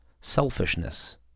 selfishness